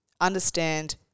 understand